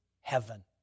heaven